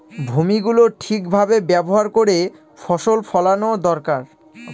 ভূমি গুলো ঠিক ভাবে ব্যবহার করে ফসল ফোলানো দরকার